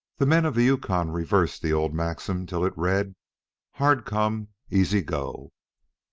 the men of the yukon reversed the old maxim till it read hard come, easy go.